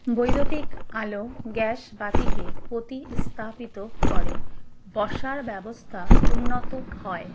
বৈদ্যুতিক আলো গ্যাসবাতিকে প্রতিস্থাপিত করে বসার ব্যবস্থা উন্নত হয়